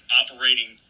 operating